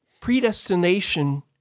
predestination